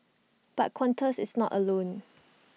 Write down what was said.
but Qantas is not alone